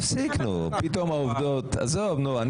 עזוב, נו.